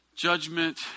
Judgment